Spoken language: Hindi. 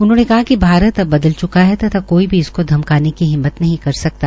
उन्होंने कहा कि भारत अब बदल च्का है तथा कोई भी इसको धमकाने की हिम्मत नहीं कर सकता